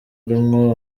urimwo